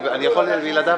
אני יכול בלעדיו?